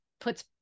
puts